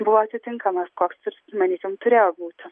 buvo atitinkamas koks ir matykim turėjo būti